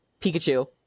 Pikachu